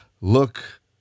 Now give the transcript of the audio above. look